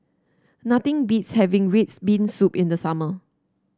nothing beats having red bean soup in the summer